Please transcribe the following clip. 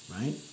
Right